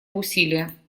усилия